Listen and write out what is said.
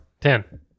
Ten